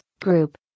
Group